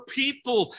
people